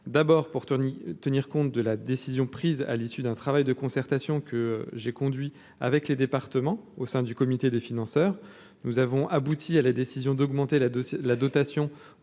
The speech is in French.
d'abord pour Tony, tenir compte de la décision prise à l'issue d'un travail de concertation que j'ai conduit avec les départements au sein du comité des financeurs, nous avons abouti à la décision d'augmenter la dose,